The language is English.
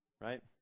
Right